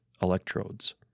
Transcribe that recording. electrodes